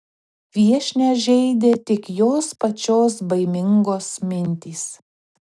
viešnią žeidė tik jos pačios baimingos mintys